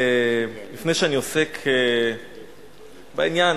לפני שאני עוסק בעניין,